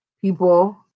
people